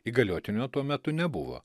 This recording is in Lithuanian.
įgaliotinio tuo metu nebuvo